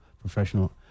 professional